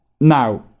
Now